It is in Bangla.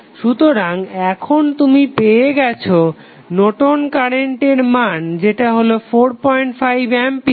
সুতরাং এখন তুমি পেয়ে গেছো নর্টন কারেন্টের Nortons current মান যেটা হলো 45 অ্যাম্পিয়ার